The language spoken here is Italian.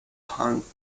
han